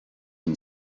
and